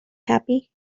happy